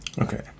Okay